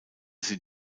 sie